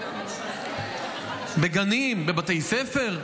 בבתי ספר.